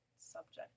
subject